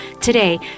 Today